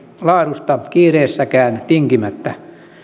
laadusta kiireessäkään tinkimättä